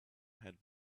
had